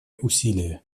усилия